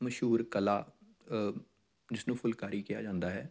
ਮਸ਼ਹੂਰ ਕਲਾ ਜਿਸਨੂੰ ਫੁਲਕਾਰੀ ਕਿਹਾ ਜਾਂਦਾ ਹੈ